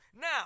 Now